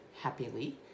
happily